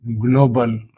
global